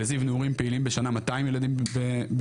בזיו נעורים פעילים בשנה 200 ילדים מיהודה